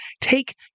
take